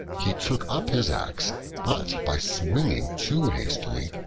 he took up his axe, but by swinging too hastily,